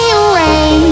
away